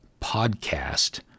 podcast